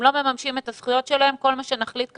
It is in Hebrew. הם לא מממשים את הזכויות שלהם וכל מה שנחליט כאן,